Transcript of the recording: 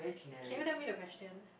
can you tell me the question